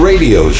Radio